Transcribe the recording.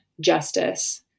justice